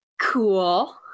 cool